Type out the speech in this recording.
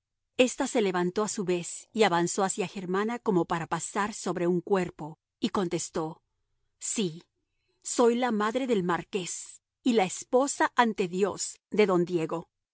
esta se levantó a su vez y avanzó hacia germana como para pasar sobre su cuerpo y contestó sí soy la madre del marqués y la esposa ante dios de don diego